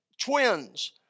twins